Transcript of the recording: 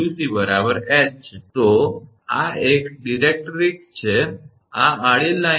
તો અને આ એક ડિરેક્ટ્રિક્સ છે અને આ આડી લાઇન છે